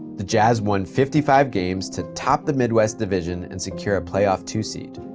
the jazz won fifty five games to top the midwest division and secure a playoff two seed.